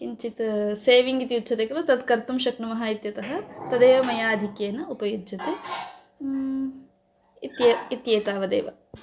किञ्चित् सेविङ्ग् इति उच्यते खलु तत् कर्तुं शक्नुमः इत्यतः तदेव मया आधिक्येन उपयुज्यते इति इत्येतावदेव